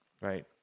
right